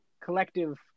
collective